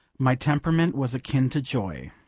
my temperament was akin to joy.